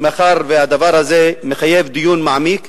מאחר שהדבר הזה מחייב דיון מעמיק,